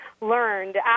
learned